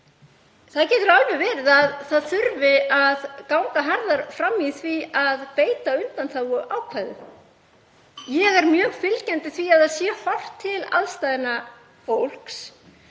Það getur alveg verið að það þurfi að ganga harðar fram í því að beita undanþáguákvæðum. Ég er mjög fylgjandi því að horft sé til aðstæðna fólks.